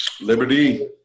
Liberty